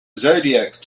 zodiac